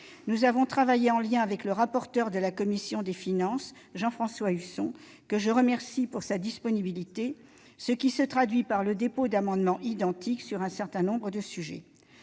Nous avons travaillé en lien avec le rapporteur de la commission des finances, Jean-François Husson, que je remercie de sa disponibilité, ce qui se traduit par le dépôt d'amendements identiques sur un certain nombre de sujets.